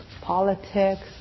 politics